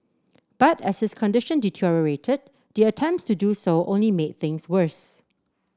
but as his condition deteriorated the attempts to do so only made things worse